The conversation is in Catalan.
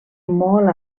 molt